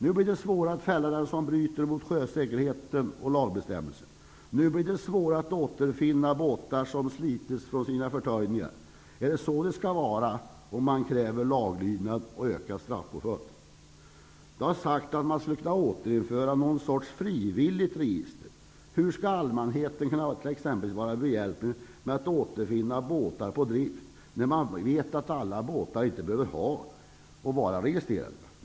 Nu blir det svårare att fälla den som bryter mot lagbestämmelserna som gäller sjösäkerheten. Nu blir det också svårare att återfinna båtar som slitits från sina förtöjningar. Är det så det skall vara om man kräver laglydnad och ökad straffpåföljd? Det har sagts att man skulle kunna införa någon sorts frivilligt register. Hur skall allmänheten t.ex. kunna vara behjälplig med att återfinna båtar på drift när man vet att alla båtar inte behöver vara registrerade?